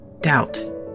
Doubt